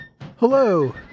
Hello